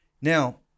Now